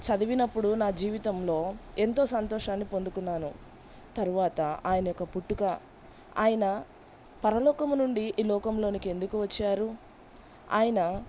చదివినప్పుడు నా జీవితంలో ఎంతో సంతోషాన్ని పొందుకున్నాను తరువాత ఆయన యొక్క పుట్టుక ఆయన పరలోకము నుండి ఈ లోకంలోనికి ఎందుకు వచ్చారు ఆయన